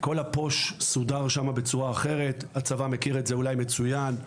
כל הפו"שׁ סודר שם בצורה אחרת והצבא מכיר את זה מצוין.